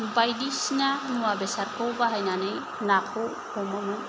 बायदिसिना मुवा बेसादखौ बाहायनानै नाखौ हमोमोन